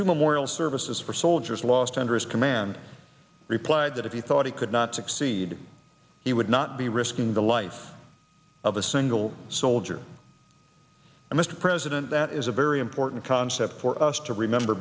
two memorial services for soldiers lost under his command replied that if he thought he could not succeed he would not be risking the life of a single soldier mr president that is a very important concept for us to remember